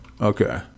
Okay